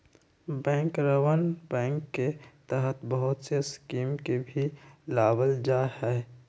बैंकरवन बैंक के तहत बहुत से स्कीम के भी लावल जाहई